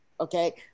Okay